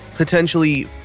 potentially